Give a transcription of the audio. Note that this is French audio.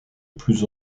plus